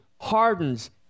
hardens